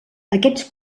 aquests